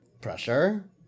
pressure